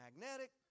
Magnetic